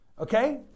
Okay